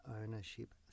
Ownership